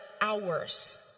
hours